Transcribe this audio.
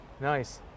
Nice